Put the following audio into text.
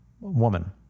woman